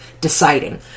deciding